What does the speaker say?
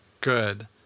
good